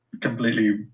completely